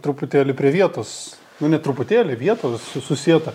truputėlį prie vietos nu ne truputėlį vietos susieta